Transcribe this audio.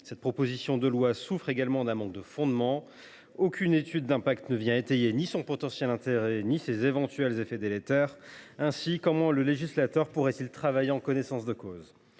Cette proposition de loi souffre également d’un manque de fondement. Aucune étude d’impact ne vient étayer son potentiel intérêt ou ses éventuels effets délétères : dès lors, comment le législateur pourrait il travailler en connaissance de cause ?